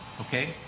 Okay